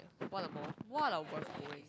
what a bore what a